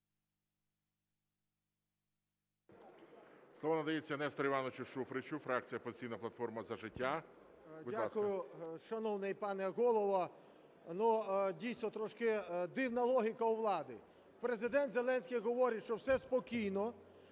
Дякую, шановний пане Голово. Дійсно, трошки дивна логіка у влади. Президент Зеленський говорить, що все спокійно,